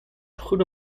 goede